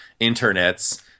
internets